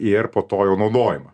ir po to jau naudojimą